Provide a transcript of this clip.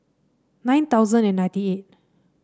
nine thousand and ninety eight